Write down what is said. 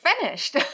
finished